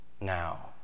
Now